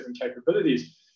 capabilities